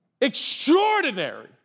extraordinary